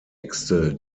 äxte